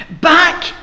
back